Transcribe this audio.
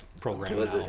program